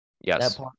Yes